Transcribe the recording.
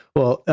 well.